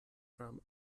from